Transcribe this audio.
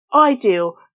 ideal